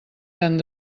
tant